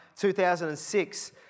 2006